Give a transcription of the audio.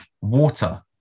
water